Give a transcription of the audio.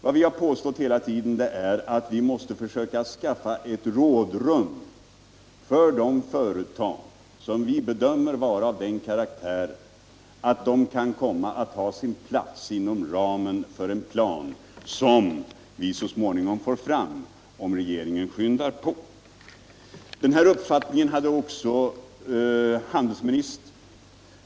Vad vi har hävdat hela tiden är att vi måste försöka skaffa ett rådrum för de företag som vi bedömer vara av den karaktären att de kan komma att ha sin plats inom ramen för en plan som vi så småningom får fram om regeringen skyndar på. Den här uppfattningen hade också handelsministern.